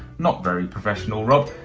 not very professional!